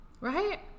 right